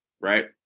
right